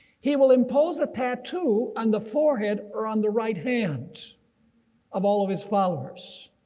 he will impose a tattoo on the forehead or on the right hand of all of his followers.